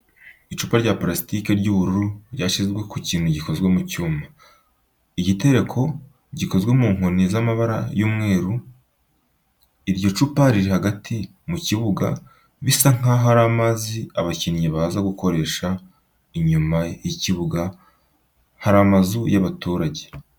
Icupa ry'amazi rinini rya purasitike ry'ubururu ryashyizwe ku kintu gikozwe mu cyuma. Igitereko gikozwe mu nkoni z'amabara y'umweru. Iryo cupa riri hagati mu kibuga bisa nkaho ari amazi abakinnyi baza gukoresha, inyuma y'ikibuga hari amazu y'abaturage.